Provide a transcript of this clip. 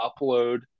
upload